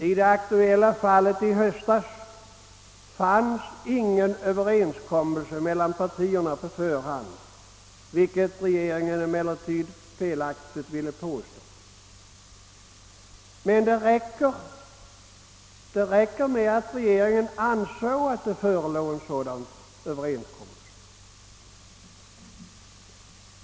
I det aktuella fallet i höstas fanns ingen förhandsöverenskommelse mellan partierna, vilket regeringen emellertid felaktigt ville påstå. Men det räcker med att regeringen anser att en sådan överenskommelse fanns.